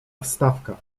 wstawka